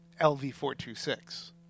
LV426